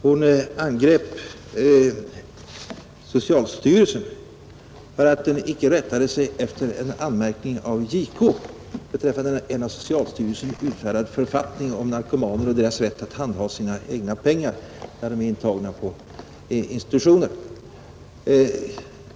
Hon angrep socialstyrelsen för att den icke rättade sig efter en anmärkning av JK beträffande en av socialstyrelsen utfärdad författning om narkomaner och deras rätt att handha sina egna pengar när de är intagna på institutioner.